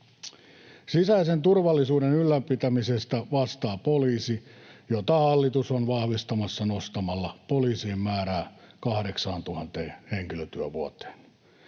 Sisäisen turvallisuuden ylläpitämisestä vastaa poliisi, jota hallitus on vahvistamassa nostamalla poliisien määrää 8 000 henkilötyövuoteen.